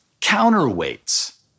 counterweights